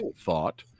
thought